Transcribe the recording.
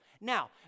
Now